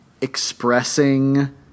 expressing